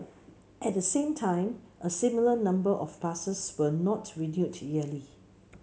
at the same time a similar number of passes were not renewed yearly